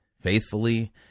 faithfully